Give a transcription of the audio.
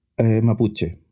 mapuche